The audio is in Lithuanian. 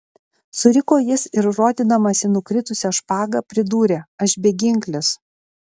suriko jis ir rodydamas į nukritusią špagą pridūrė aš beginklis